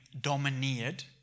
domineered